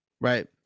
right